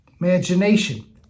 Imagination